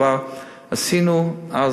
חבר הכנסת לשעבר,